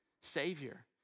savior